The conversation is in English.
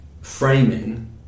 framing